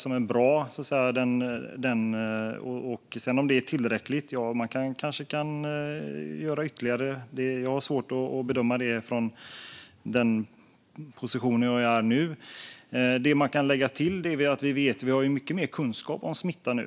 Om det sedan är tillräckligt har jag svårt att bedöma utifrån min position - kanske kan ytterligare saker göras. Covid-19-pandemin och därmed samman-hängande frågor Det som kan läggas till är att vi har mycket mer kunskap om smittan nu.